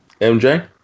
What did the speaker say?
MJ